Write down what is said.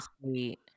sweet